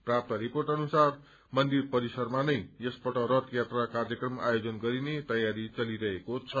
प्राप्त रिपोर्ट अनुसार मन्दिर परिसरमा नै यसपल्ट रथ यात्रा कार्यक्रम आयोजन गरिने तयारी चलिरहेको छ